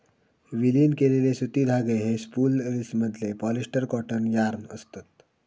विलीन केलेले सुती धागे हे स्पूल रिल्समधले पॉलिस्टर कॉटन यार्न असत